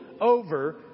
over